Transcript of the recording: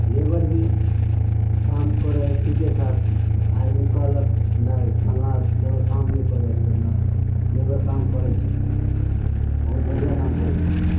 labour भी काम करै हइ ठिकेठाक आदमी कहलक नहि फल्लाँ लेबर काम नहि करै हइ मगर नहि लेबर काम करै छै बहुत बढ़िआँ काम करै छिकै